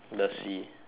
the sea